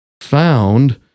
found